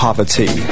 Poverty